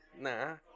Nah